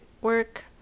work